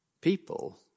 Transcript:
People